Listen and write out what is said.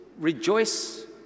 rejoice